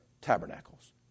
tabernacles